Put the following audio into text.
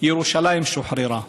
ירושלים שוחררה.